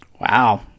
Wow